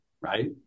right